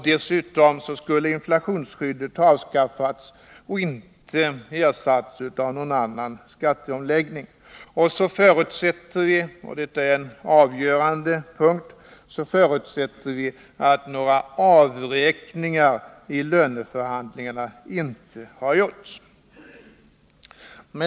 Dessutom skulle inflationsskyddet ha avskaffats och inte ersatts av någon annan skatteomläggning. Och så förutsätter vi — detta är av avgörande betydelse — att några avräkningar i löneförhandlingarna inte har gjorts.